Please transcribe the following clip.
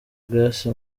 grace